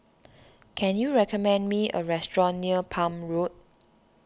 can you recommend me a restaurant near Palm Road